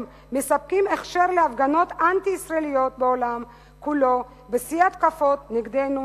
מספקים הכשר להפגנות אנטי-ישראליות בעולם כולו בשיא ההתקפות נגדנו,